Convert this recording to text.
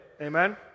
Amen